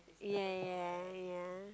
ya ya ya ya